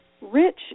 rich